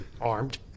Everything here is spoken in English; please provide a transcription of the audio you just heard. Armed